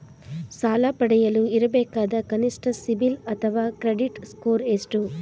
ಸಾಲ ಪಡೆಯಲು ಇರಬೇಕಾದ ಕನಿಷ್ಠ ಸಿಬಿಲ್ ಅಥವಾ ಕ್ರೆಡಿಟ್ ಸ್ಕೋರ್ ಎಷ್ಟು?